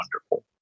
wonderful